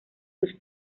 sus